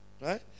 right